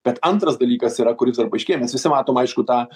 bet antras dalykas yra kuris dar paaiškėjo mes visi matom aišku tą